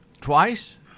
twice